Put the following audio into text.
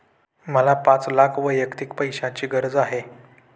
मला पाच लाख वैयक्तिक पैशाची गरज आहे